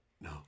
No